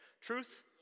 Truth